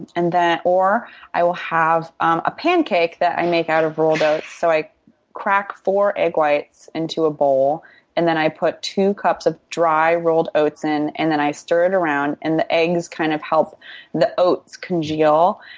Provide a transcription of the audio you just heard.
and or i will have um a pancake that i make out of rolled oats. so i crack four egg whites into a bowl and then i put two cups of dry rolled oats in and then i stir it around and the eggs kind of help the oats congeal.